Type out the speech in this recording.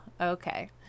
okay